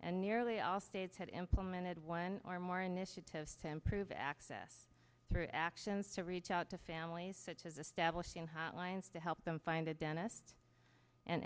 and nearly all states have implemented one or more initiatives to improve access through actions to reach out to families such as establishing hotlines to help them find a dentist and